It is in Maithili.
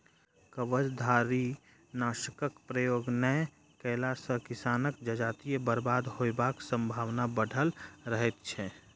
कवचधारीनाशकक प्रयोग नै कएला सॅ किसानक जजाति बर्बाद होयबाक संभावना बढ़ल रहैत छै